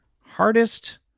hardest